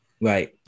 Right